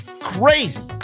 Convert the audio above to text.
crazy